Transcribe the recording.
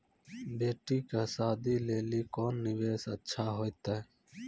बेटी के शादी लेली कोंन निवेश अच्छा होइतै?